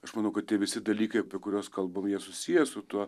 aš manau kad visi dalykai apie kuriuos kalbam jie susiję su tuo